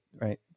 right